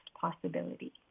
possibility